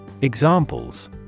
Examples